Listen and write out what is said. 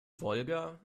wolga